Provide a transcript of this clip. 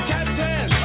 Captain